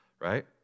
right